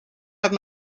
have